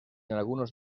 algunos